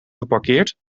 geparkeerd